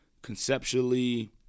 conceptually